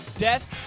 Death